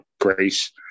grace